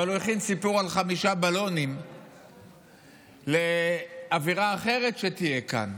אבל הוא הכין סיפור על חמישה בלונים לאווירה אחרת שתהיה כאן,